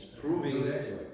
proving